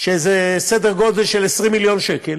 שזה סדר גודל של 20 מיליון שקלים,